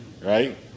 right